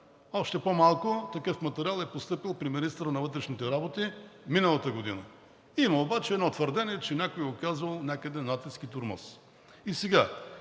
още по-малко такъв материал е постъпил при министъра на вътрешните работи миналата година. Има обаче едно твърдение, че някой е оказвал някъде натиск и тормоз. По